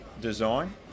design